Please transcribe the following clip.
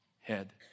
head